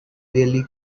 really